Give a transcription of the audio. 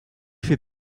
fait